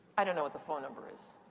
i don't know what the phone number is.